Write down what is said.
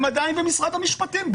הם עדיין במשרד המשפטים,